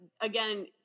again